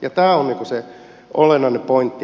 tämä on se olennainen pointti